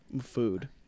food